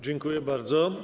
Dziękuję bardzo.